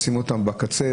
לשים אותם בקצה,